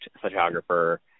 photographer